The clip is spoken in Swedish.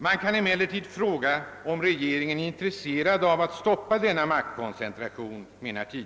Man kan emellertid fråga, om regeringen är intresserad av att stoppa denna koncentration.